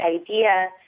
idea